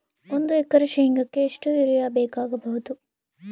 ಒಂದು ಎಕರೆ ಶೆಂಗಕ್ಕೆ ಎಷ್ಟು ಯೂರಿಯಾ ಬೇಕಾಗಬಹುದು?